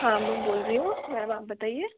हाँ मैं बोल रही हूँ मैम आप बताइए